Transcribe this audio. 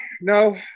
No